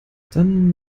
dann